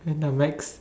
in the next